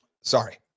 Sorry